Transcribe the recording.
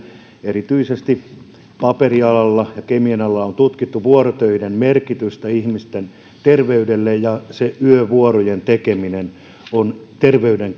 erityisesti paperialalla ja kemian alalla on tutkittu vuorotöiden merkitystä ihmisten terveydelle ja se yövuorojen tekeminen on terveyden